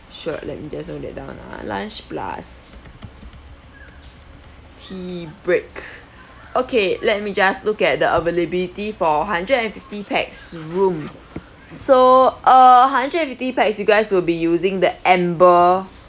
sure let me just note that down ah lunch plus tea break okay let me just look at the availability for hundred and fifty pax room so uh hundred and fifty pax you guys will be using the amber